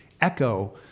echo